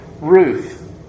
Ruth